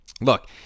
Look